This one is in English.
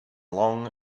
long